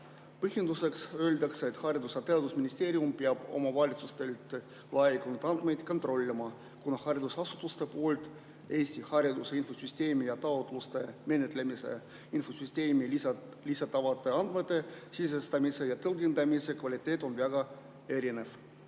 Põhjenduseks öeldakse, et Haridus‑ ja Teadusministeerium peab omavalitsustelt laekunud andmeid kontrollima, kuna haridusasutuste poolt Eesti hariduse infosüsteemi ja taotluste menetlemise infosüsteemi lisatud andmete sisestamise ja tõlgendamise kvaliteet on väga erinev.